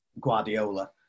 Guardiola